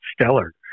stellar